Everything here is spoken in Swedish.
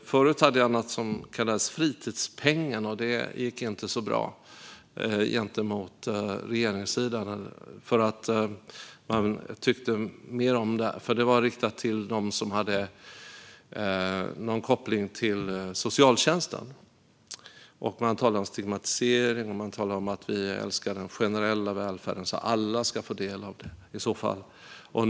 Förut hade jag ett förslag på något som kallades fritidspengen. Det gick inte så bra gentemot regeringssidan. Det var riktat till dem som hade någon koppling till socialtjänsten. Man talade om stigmatisering, att man älskade den generella välfärden, och att alla i så fall skulle få del av det.